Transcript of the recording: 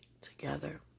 together